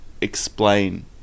explain